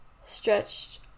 stretched